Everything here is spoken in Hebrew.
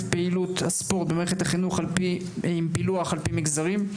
פעילות הספורט במערכת החינוך עם פילוח לפי מגזרים.